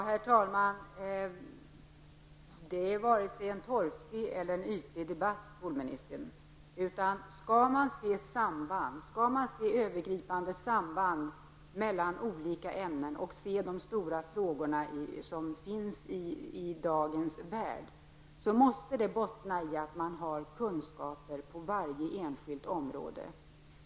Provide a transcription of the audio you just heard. Herr talman! Detta är vare sig en torftig eller ytlig debatt, skolministern. Om man skall se övergripande samband mellan olika ämnen och de stora frågor som finns i dagens värld, måste detta bottna i att man har kunskaper på varje enskilt område.